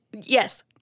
Yes